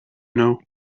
know